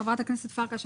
חבר הכנסת פרקש,